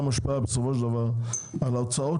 ובסופו של דבר יש לזה השפעה על ההוצאות